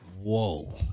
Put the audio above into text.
Whoa